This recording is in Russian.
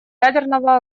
ядерного